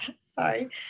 Sorry